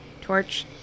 torch